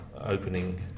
opening